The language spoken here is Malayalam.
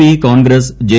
P Congress J